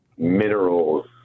minerals